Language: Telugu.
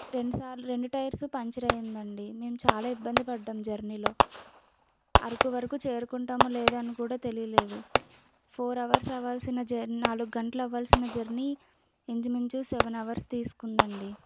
రెండుసార్లు రెండు టైర్సు పంచర్ అయిందండి మేము చాలా ఇబ్బంది పడ్డాం జర్నీలో అరకు వరకు చేరుకుంటామో లేదని కూడా తెలియలేదు ఫోర్ అవర్స్ అవ్వాల్సిన జ నాలుగు గంటలు అవ్వాల్సిన జర్నీ ఇంచుమించు సెవెన్ అవర్స్ తీసుకుందండి